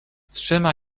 trzyma